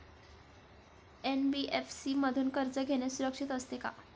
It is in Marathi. एन.बी.एफ.सी मधून कर्ज घेणे सुरक्षित असते का?